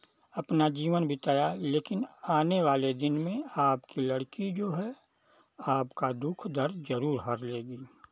अपना जीवन बिताया लेकिन आने वाले दिन में आपकी लड़की जो है आपका दुःख दर्द ज़रूर हर लेगी